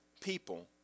people